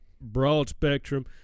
broad-spectrum